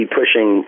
pushing